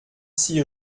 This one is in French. six